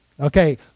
okay